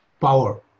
power